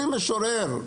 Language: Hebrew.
אני משורר.